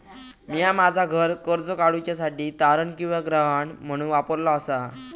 म्या माझा घर कर्ज काडुच्या साठी तारण किंवा गहाण म्हणून वापरलो आसा